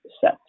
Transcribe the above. set